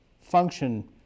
function